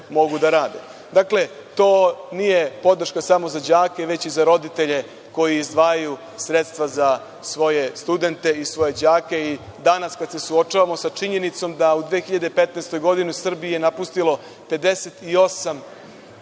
rade. To nije podrška samo za đake, već i za roditelje koji izdvajaju sredstva za svoje studente i svoje đake. Danas kada se suočavamo sa činjenicom da u 2015. godini Srbiju je napustilo 58